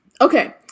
okay